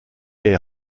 est